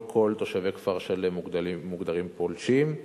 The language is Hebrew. לא כל תושבי כפר-שלם מוגדרים פולשים,